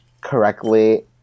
correctly